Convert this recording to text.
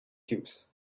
cubes